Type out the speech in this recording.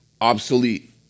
obsolete